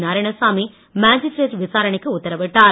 Narayanasamy magistrate விசாரணைக்கு உத்தரவிட்டார்